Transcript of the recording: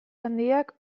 handiak